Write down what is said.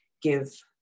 give